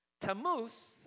Tammuz